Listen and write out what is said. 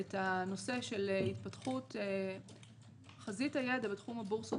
את הנושא של התפתחות חזית הידע בתחום הבורסות